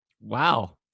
Wow